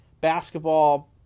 basketball